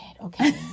Okay